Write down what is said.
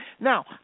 Now